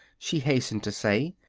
she hastened to say,